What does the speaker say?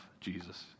Jesus